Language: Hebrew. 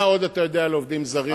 מה עוד אתה יודע על עובדים זרים?